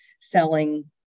selling